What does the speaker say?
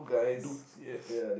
dudes yes